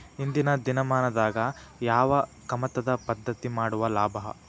ಇಂದಿನ ದಿನಮಾನದಾಗ ಯಾವ ಕಮತದ ಪದ್ಧತಿ ಮಾಡುದ ಲಾಭ?